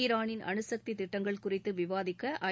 ாராளின் அனுசக்தி திட்டங்கள் குறித்து விவாதிக்க ஐ